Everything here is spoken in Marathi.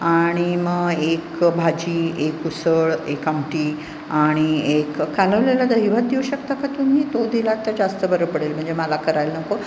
आणि मग एक भाजी एक उसळ एक आमटी आणि एक कालवलेला दहीभात देऊ शकता का तुम्ही तो दिला तर जास्त बरं पडेल म्हणजे मला करायला नको